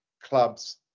clubs